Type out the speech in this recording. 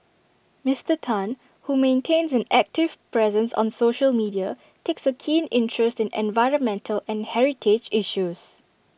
Mister Tan who maintains an active presence on social media takes A keen interest in environmental and heritage issues